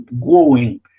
growing